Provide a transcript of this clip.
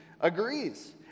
agrees